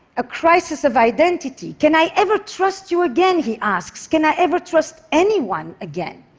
a crisis of identity. can i ever trust you again? he asks. can i ever trust anyone again?